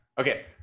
okay